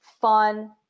fun